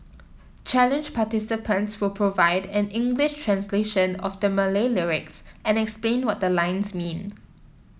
challenge participants will provide an English translation of the Malay lyrics and explain what the lines mean